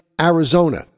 Arizona